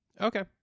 Okay